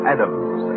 Adams